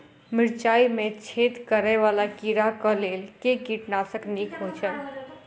मिर्चाय मे छेद करै वला कीड़ा कऽ लेल केँ कीटनाशक नीक होइ छै?